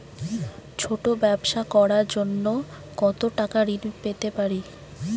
ছোট ব্যাবসা করার জন্য কতো টাকা ঋন পেতে পারি?